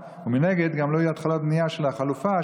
ומנגד גם לא יהיו חלופות בנייה של החלופה,